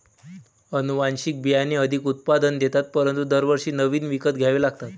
अनुवांशिक बियाणे अधिक उत्पादन देतात परंतु दरवर्षी नवीन विकत घ्यावे लागतात